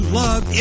love